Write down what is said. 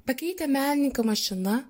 pakeitę menininką mašina